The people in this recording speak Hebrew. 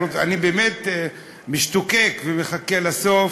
אני באמת משתוקק ומחכה לסוף,